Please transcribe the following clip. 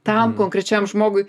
tam konkrečiam žmogui